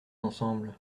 ensemble